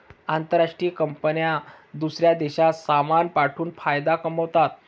आंतरराष्ट्रीय कंपन्या दूसऱ्या देशात सामान पाठवून फायदा कमावतात